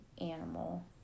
animal